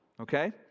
okay